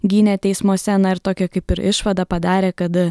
gynė teismuose na ir tokią kaip ir išvadą padarė kad